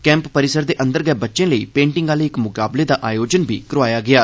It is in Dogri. कैंप परिसर दे अंदर गै बच्चे लेई पेंटिंग आहले इक मुकाबले दा आयोजन बी कीता गेआ